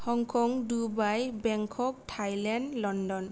Hong Kong Dubai Bangkok Thailand London